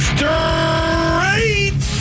Straight